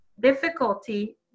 difficulty